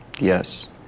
Yes